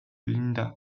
linda